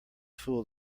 fool